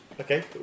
Okay